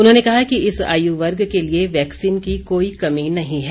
उन्होंने कहा कि इस आयुवर्ग के लिए वैक्सीन की कोई कमी नहीं है